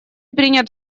принят